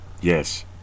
Yes